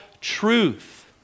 truth